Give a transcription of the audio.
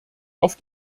auf